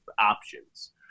options